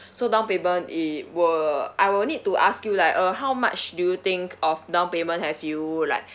so down payment it will I will need to ask you like uh how much do you think of down payment have you like